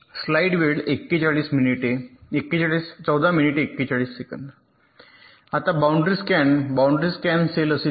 आता boundary scan boundary scan cell असे दिसते